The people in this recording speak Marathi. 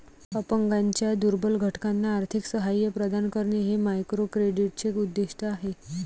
अपंगांच्या दुर्बल घटकांना आर्थिक सहाय्य प्रदान करणे हे मायक्रोक्रेडिटचे उद्दिष्ट आहे